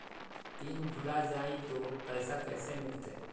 Pin भूला जाई तो पैसा कैसे मिलते?